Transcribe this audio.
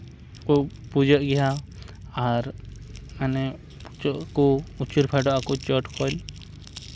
ᱯᱩᱡᱟᱹᱜ ᱜᱮᱭᱟ ᱟᱨ ᱢᱟᱱᱮ ᱩᱪᱩ ᱠᱚ ᱩᱥᱩᱞ ᱯᱷᱮᱰᱚᱜ ᱟᱠᱚ ᱪᱚᱴ ᱠᱷᱚᱱ